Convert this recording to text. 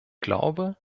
glaube